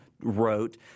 wrote